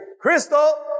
Crystal